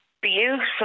Beautiful